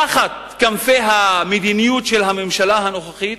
תחת כנפי המדיניות של הממשלה הנוכחית,